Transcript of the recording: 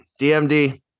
DMD